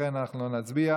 ולכן אנחנו לא נצביע,